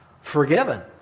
forgiven